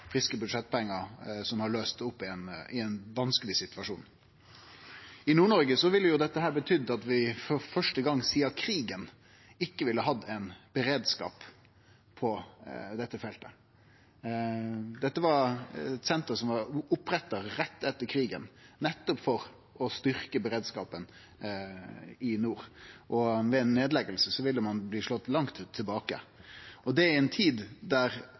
friske budsjettpengar som har løyst opp i ein vanskeleg situasjon. I Nord-Noreg ville dette ha betydd at vi for første gong sidan krigen ikkje ville ha hatt ein beredskap på dette feltet. Dette var eit senter som vart oppretta rett etter krigen, nettopp for å styrkje beredskapen i nord. Ved ei nedlegging ville ein ha blitt slått langt tilbake, og det i ei tid da faresignala er større enn på lenge og antakeleg kjem til å utvikle seg i